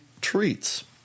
treats